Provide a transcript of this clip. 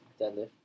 deadlift